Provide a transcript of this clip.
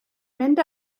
mynd